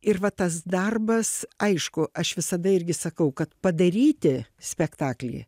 ir va tas darbas aišku aš visada irgi sakau kad padaryti spektaklį